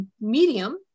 medium